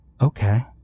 Okay